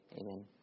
Amen